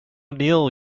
neil